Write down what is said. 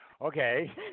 Okay